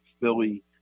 Philly